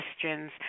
questions